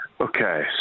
Okay